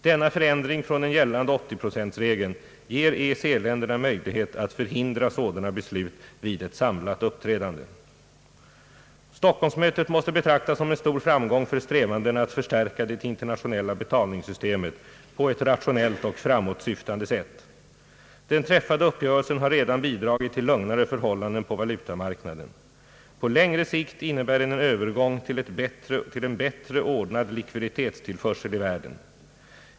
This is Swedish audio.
Denna förändring från den gällande 80-procentregeln ger EEC-länderna möjlighet att förhindra sådana beslut vid ett samlat uppträdande. Stockholmsmötet måste betraktas som en stor framgång för strävandena att förstärka det internationella betalningssystemet på ett rationellt och framåtsyftande sätt. Den träffade uppgörelsen har redan bidragit till lugnare förhållanden på valutamarknaden. På längre sikt innebär den en Öövergång till en bättre ordnad likviditetstillförsel i världen.